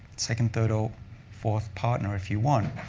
second, third, or fourth partner, if you want.